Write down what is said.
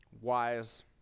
wise